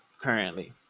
currently